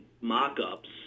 mock-ups